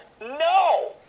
no